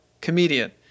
comedian